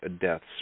deaths